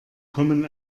kommen